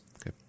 Okay